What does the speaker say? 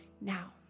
now